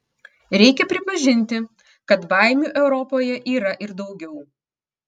reikia pripažinti kad baimių europoje yra ir daugiau